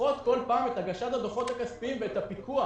לדחות בכל פעם את הגשת הדוחות הכספיים ואת הפיקוח.